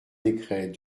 décret